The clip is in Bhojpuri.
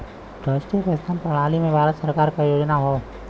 राष्ट्रीय पेंशन प्रणाली भारत सरकार क योजना हौ